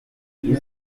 nous